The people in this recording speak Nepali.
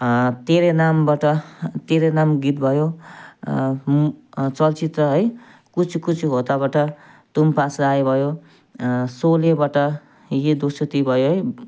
तेरे नामबाट तेरे नाम गीत भयो चलचित्र है कुछ कुछ होता है बाट तुम पास आए भयो सोलेबाट ये दोस्ती भयो है